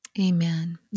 Amen